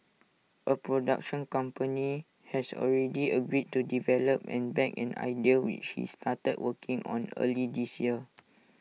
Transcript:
A production company has already agreed to develop and back an idea which he started working on earlier this year